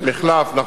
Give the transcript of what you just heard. לא מַחלֵף, מֶחְלָף.